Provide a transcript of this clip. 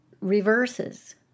reverses